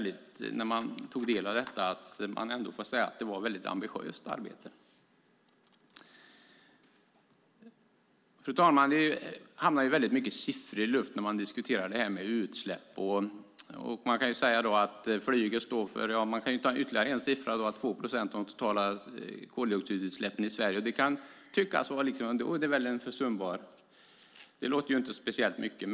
Det är ett ambitiöst arbete. Det handlar mycket om siffror när man diskuterar utsläpp. Flyget står för 2 procent av de totala koldioxidutsläppen i Sverige. Det kan man tycka är försumbart; det låter inte speciellt mycket.